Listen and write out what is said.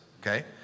Okay